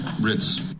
Ritz